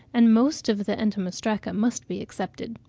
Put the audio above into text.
and most of the entomostraca must be excepted.